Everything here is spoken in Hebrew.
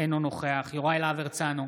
אינו נוכח יוראי להב הרצנו,